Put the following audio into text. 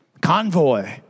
convoy